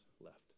left